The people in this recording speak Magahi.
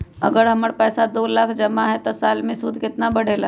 अगर हमर पैसा दो लाख जमा है त साल के सूद केतना बढेला?